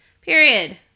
period